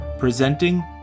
Presenting